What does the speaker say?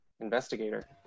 Investigator